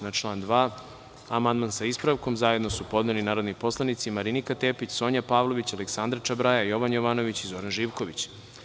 Na član 2. amandman, sa ispravkom, zajedno su podneli narodni poslanici Marinika Tepić, Sonja Pavlović, Aleksandra Čabraja, Jovan Jovanović i Zoran Živković.